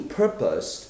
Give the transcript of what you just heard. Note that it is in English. purpose